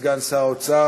אדוני סגן שר האוצר,